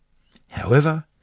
however,